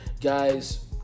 guys